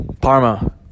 parma